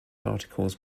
articles